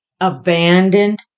abandoned